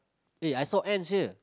eh I saw ants here